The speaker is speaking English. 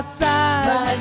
side